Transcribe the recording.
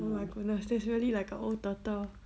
oh my goodness that's really like a old turtle